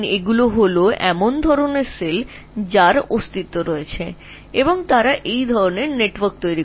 এই কোষগুলি রয়েছে এবং এটি সেই ধরণের নেটওয়ার্ক যা তারা গঠন করে